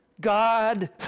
God